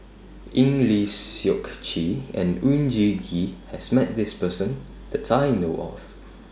Eng Lee Seok Chee and Oon Jin Gee has Met This Person that I know of